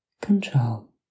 control